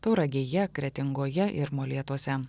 tauragėje kretingoje ir molėtuose